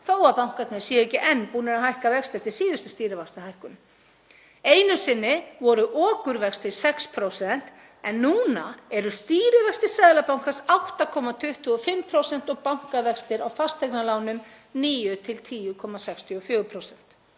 þó að bankarnir séu ekki enn búnir að hækka vexti eftir síðustu stýrivaxtahækkun. Einu sinni voru okurvextir 6% en núna eru stýrivextir Seðlabankans 8,25% og bankavextir á fasteignalánum 9–10,64%.